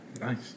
nice